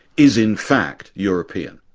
is in fact european,